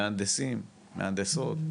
מהנדסים, מהנדסות.